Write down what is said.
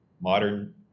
modern